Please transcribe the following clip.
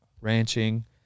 ranching